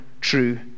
true